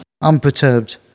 Unperturbed